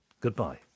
goodbye